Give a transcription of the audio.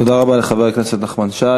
תודה רבה לחבר הכנסת נחמן שי.